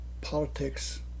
politics